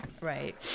Right